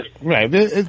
Right